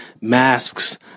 masks